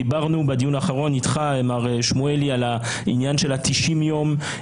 בדיון האחרון דיברנו עם מר שמואלי על העניין של 90 הימים